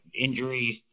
injuries